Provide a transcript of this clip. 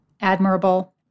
admirable